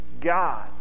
God